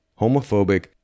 homophobic